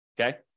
okay